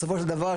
בסופו של דבר,